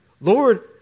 Lord